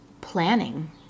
planning